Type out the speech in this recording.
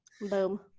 Boom